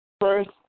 First